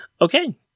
Okay